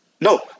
no